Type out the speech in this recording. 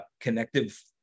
connective